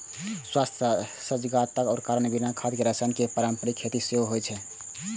स्वास्थ्य सजगताक कारण बिना खाद आ रसायन के पारंपरिक खेती सेहो होइ छै